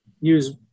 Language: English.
use